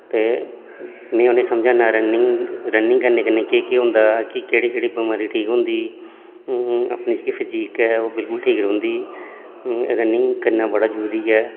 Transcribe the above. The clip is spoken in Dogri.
ते में उ'नें गी समझान्ना रनिंग करने कन्नै केह् केह् होंदा केह्ड़ी केह्ड़ी बमारी ठीक होंदी अपनी जेह्की फजीक ऐ ओह् बिलकुल ठीक रौंह्दी रनिंग करना बिलकुल जरूरी ऐ